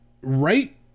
right